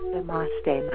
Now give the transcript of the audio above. Namaste